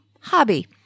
hobby